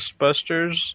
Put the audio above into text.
ghostbusters